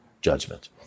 judgment